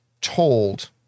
told